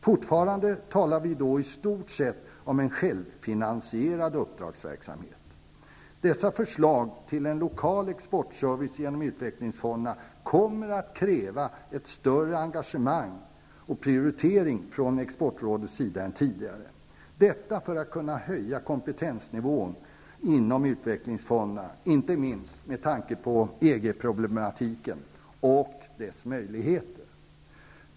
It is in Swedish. Fortfarande talar vi då i stort sett om en självfinansierad uppdragsverksamhet. Dessa förslag till en lokal exportservice genom utvecklingsfonderna kommer att kräva ett större engagemang och en annan prioritering från exportrådets sida -- detta för att kunna höja kompetensnivån inom utvecklingsfonderna, inte minst med tanke på EG-problematiken och dess möjligheter.